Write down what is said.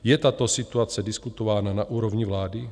Je tato situace diskutována na úrovni vlády?